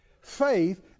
faith